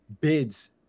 bids